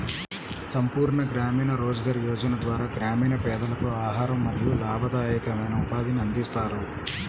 సంపూర్ణ గ్రామీణ రోజ్గార్ యోజన ద్వారా గ్రామీణ పేదలకు ఆహారం మరియు లాభదాయకమైన ఉపాధిని అందిస్తారు